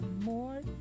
more